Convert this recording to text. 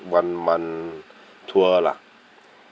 one month tour lah